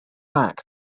back